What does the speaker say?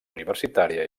universitària